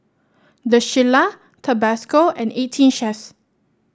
The Shilla Tabasco and Eighteen Chef